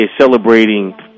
celebrating